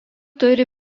turi